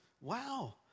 Wow